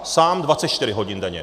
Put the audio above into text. Sám 24 hodin denně.